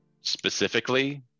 Specifically